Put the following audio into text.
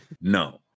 No